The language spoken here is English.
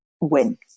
win